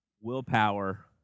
willpower